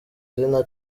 izina